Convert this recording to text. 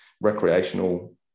recreational